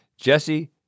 Jesse